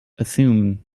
assume